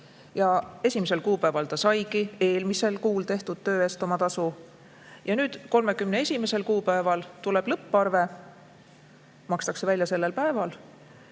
ja 1. kuupäeval ta saigi eelmisel kuul tehtud töö eest oma tasu, ja nüüd 31. kuupäeval tuleb lõpparve, mis makstakse välja sellel päeval,